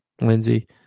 Lindsey